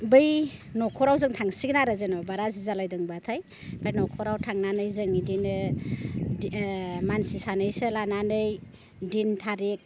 बै न'खराव जों थांसिगोन आरो जेनेबा राजि जालायदोंबाथाय बे न'खराव थांनानै जों बिदिनो मानसि सानैसो लानानै दिन थारिग